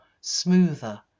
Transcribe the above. smoother